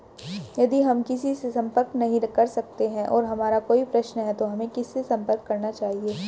यदि हम किसी से संपर्क नहीं कर सकते हैं और हमारा कोई प्रश्न है तो हमें किससे संपर्क करना चाहिए?